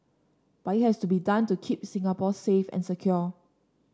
but it has to be done to keep Singapore safe and secure